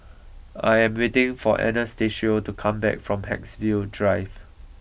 I am waiting for Anastacio to come back from Haigsville Drive